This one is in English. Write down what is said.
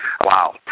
Wow